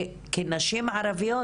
וכנשים ערביות,